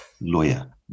lawyer